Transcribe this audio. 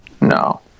no